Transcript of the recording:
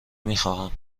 میخواهم